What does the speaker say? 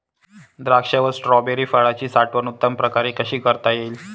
द्राक्ष व स्ट्रॉबेरी फळाची साठवण उत्तम प्रकारे कशी करता येईल?